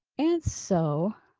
and so